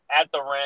at-the-rim